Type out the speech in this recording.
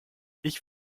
ich